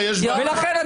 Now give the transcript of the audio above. לכן,